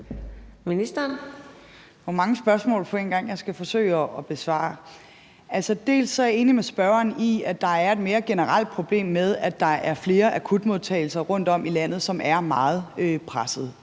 Det er mange spørgsmål på én gang, jeg skal forsøge at besvare? Altså, jeg er enig med spørgeren i, at der er et mere generelt problem med, at der er flere akutmodtagelser rundt om i landet, som er meget pressede.